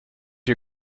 you